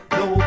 no